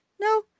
no